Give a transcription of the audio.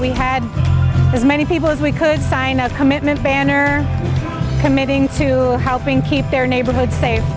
we had as many people as we could sign our commitment banner committing to helping keep their neighborhoods